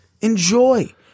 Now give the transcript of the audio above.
Enjoy